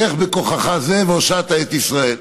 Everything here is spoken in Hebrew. לך בכוחך זה והושעת את ישראל.